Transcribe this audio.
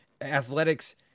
athletics